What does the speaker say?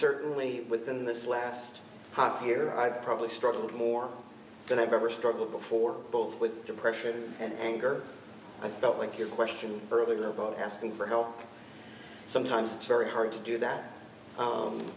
certainly within this last year i probably struggled more than i've ever struggled before both with depression and anger i felt like your question earlier about asking for help sometimes it's very hard to do that